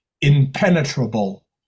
impenetrable